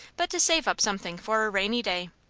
but to save up something for a rainy day.